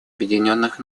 объединенных